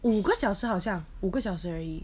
五个小时好像五个小时而已